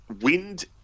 wind